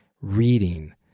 reading